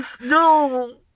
no